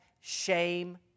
shame